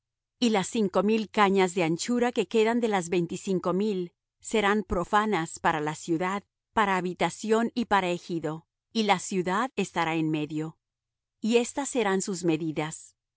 y las cinco mil cañas de anchura que quedan de las veinticinco mil serán profanas para la ciudad para habitación y para ejido y la ciudad estará en medio y estas serán sus medidas